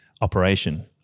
operation